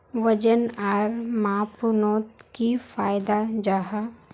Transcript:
वजन आर मापनोत की फायदा जाहा?